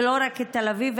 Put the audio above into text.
ולא רק את תל אביב,